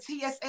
TSA